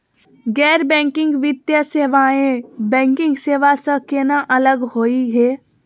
गैर बैंकिंग वित्तीय सेवाएं, बैंकिंग सेवा स केना अलग होई हे?